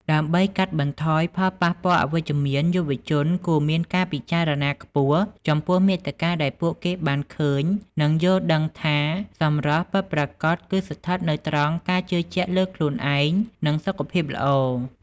ដើម្បីកាត់បន្ថយផលប៉ះពាល់អវិជ្ជមាន យុវជនគួរមានការពិចារណាខ្ពស់ចំពោះមាតិកាដែលពួកគេបានឃើញ និងយល់ដឹងថា សម្រស់ពិតប្រាកដគឺស្ថិតនៅត្រង់ការជឿជាក់លើខ្លួនឯង និងសុខភាពល្អ។